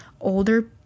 older